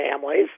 families